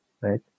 right